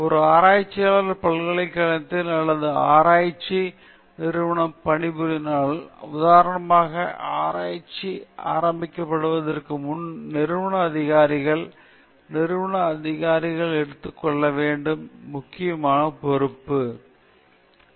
ஒரு ஆராய்ச்சியாளர் பல்கலைக்கழகத்தில் அல்லது ஆராய்ச்சி நிறுவனத்தில் பணிபுரிகிறாரானால் உதாரணமாக ஆராய்ச்சி ஆராய்ச்சி ஆரம்பிக்கப்படுவதற்கு முன்பாக நிறுவன அதிகாரிகள் நிறுவன அதிகாரிகளை எடுத்துக் கொள்ள வேண்டும் என்பது மிகவும் முக்கியம் அமைப்பு அதிகாரம் ஒரு பரந்த அல்லது ஒரு நெறிமுறை குழு ஒரு நிறுவனம் மதிப்பீடு என்று அர்த்தம் அவர்களின் அனுமதி கட்டாய ஆகிறது